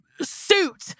suit